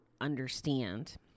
understand